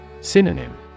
Synonym